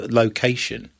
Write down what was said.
location